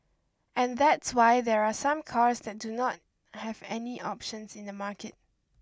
and that's why there are some cars that do not have any options in the market